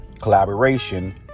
collaboration